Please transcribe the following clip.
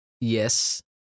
yes